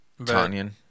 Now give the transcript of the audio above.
Tanyan